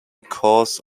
course